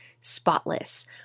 spotless